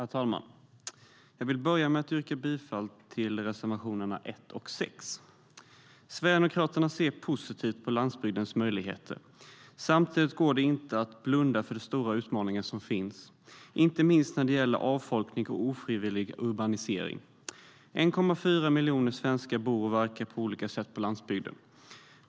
Herr talman! Jag vill börja med att yrka bifall till reservationerna 1 och 6.1,4 miljoner svenskar bor och verkar på olika sätt på landsbygden.